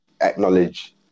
acknowledge